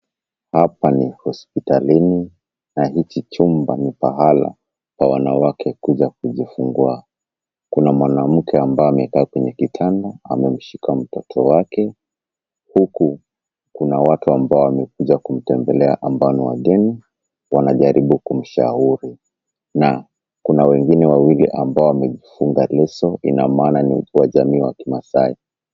Hapa ni hospitalini na hiki chumba ni pahala pa wanawake kuja kujifungua. Kuna mwanamke ambaye amekaa kwenye kitanda. Amemshika mtoto wake huku kuna watu wambao wamekuja kumtembelea ambao ni wageni. Wanajaribu kumshauri na kuna wengine wawili ambao wamejifunga leso ina maana ni ukoo wa jamii wa kimasai.